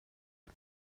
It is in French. est